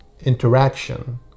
interaction